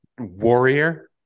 warrior